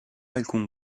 alcun